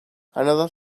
another